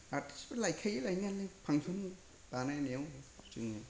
artist फोर लायखायो लायनायालाय फांसन बानायनायाव जोङो